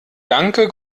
danke